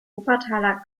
wuppertaler